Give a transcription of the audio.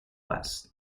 west